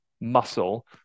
muscle